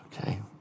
Okay